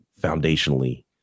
foundationally